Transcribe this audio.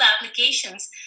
applications